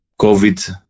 COVID